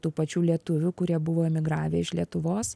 tų pačių lietuvių kurie buvo emigravę iš lietuvos